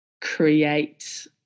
create